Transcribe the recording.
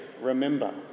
remember